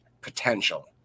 potential